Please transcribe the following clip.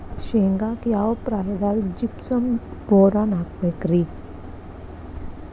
ಶೇಂಗಾಕ್ಕ ಯಾವ ಪ್ರಾಯದಾಗ ಜಿಪ್ಸಂ ಬೋರಾನ್ ಹಾಕಬೇಕ ರಿ?